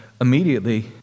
immediately